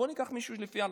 בוא ניקח מישהו לפי ההלכה,